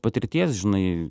patirties žinai